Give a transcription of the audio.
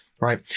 Right